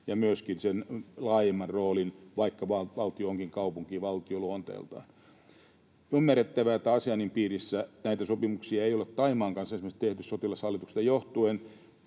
ja myöskin sen laajemman roolin, vaikka valtio onkin kaupunkivaltio luonteeltaan. On ymmärrettävää, että Aseanin piirissä näitä sopimuksia ei ole esimerkiksi Thaimaan kanssa tehty sotilashallituksesta johtuen,